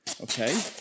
Okay